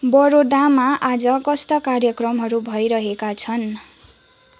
बडोदामा आज कस्ता कार्यक्रमहरू भइरहेका छन्